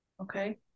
Okay